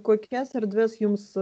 kokias erdves jums